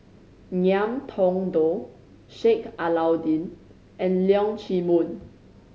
Ngiam Tong Dow Sheik Alau'ddin and Leong Chee Mun